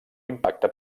impacte